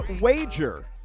wager